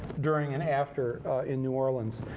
during, and after in new orleans.